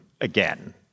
again